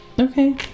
Okay